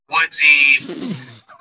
woodsy